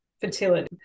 fertility